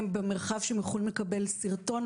הם במרחב שהם יכולים לקבל סרטון.